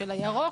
של "הקו הירוק",